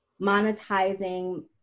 monetizing